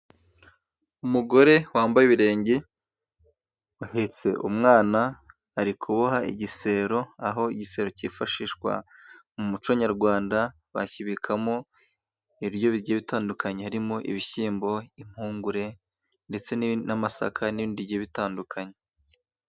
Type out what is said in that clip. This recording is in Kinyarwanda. Umugore wambaye ibirenge uhetse umwana ari kuboha igisero aho igisero cyifashishwa mu muco nyarwanda bakibikamo ibiryo bitandukanye harimo ibishyimbo impungure ndetse n'amasaka n'ibindi bitandukanye